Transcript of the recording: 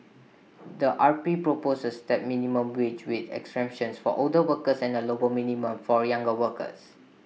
the R P proposed A stepped minimum wage with exemptions for older workers and A lower minimum for younger workers